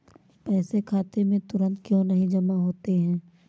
पैसे खाते में तुरंत क्यो नहीं जमा होते हैं?